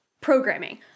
programming